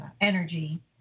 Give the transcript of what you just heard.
energy